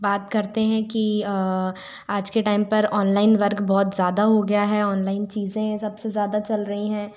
बात करते हैं कि आज के टाइम पर ऑनलाइन वर्क बहुत ज़्यादा हो गया है ऑनलाइन चीज़ें सबसे ज़्यादा चल रही हैं